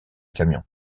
camion